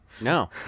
No